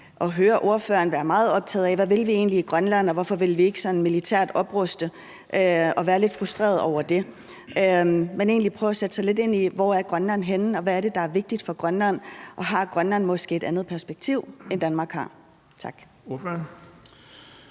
høre ordføreren være meget optaget af, hvad vi egentlig vil i Grønland, og hvorfor vi ikke vil sådan militært opruste – og være lidt frustreret over det. Prøver han egentlig at sætte sig lidt ind i, hvor Grønland er henne, hvad der er vigtigt for Grønland, og om Grønland måske har et andet perspektiv, end Danmark har?